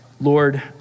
Lord